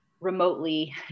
remotely